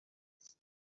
است